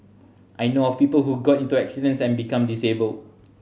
I know of people who got into accidents and become disabled